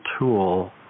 tool